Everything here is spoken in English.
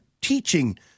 teaching